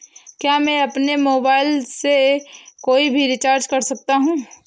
क्या मैं अपने मोबाइल से कोई भी रिचार्ज कर सकता हूँ?